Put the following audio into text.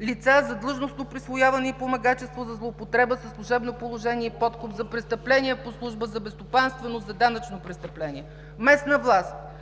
лица за длъжностно присвояване и помагачество, за злоупотреба със служебно положение и подкуп, за престъпления по служба, за безстопанственост, за данъчно престъпление. Местна власт